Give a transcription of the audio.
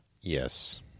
Yes